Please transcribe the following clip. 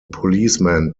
policeman